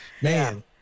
man